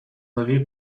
нові